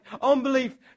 Unbelief